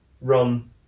Run